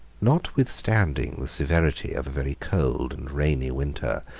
notwithstanding the severity of a very cold and rainy winter,